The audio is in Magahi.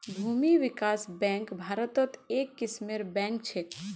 भूमि विकास बैंक भारत्त एक किस्मेर बैंक छेक